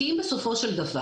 כי אם בסופו של דבר,